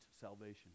salvation